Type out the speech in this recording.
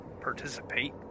participate